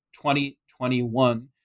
2021